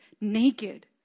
Naked